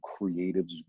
creatives